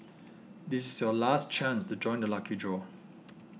this is your last chance to join the lucky draw